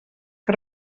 que